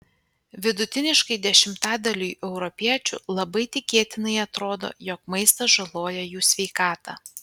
vidutiniškai dešimtadaliui europiečių labai tikėtinai atrodo jog maistas žaloja jų sveikatą